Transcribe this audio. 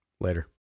later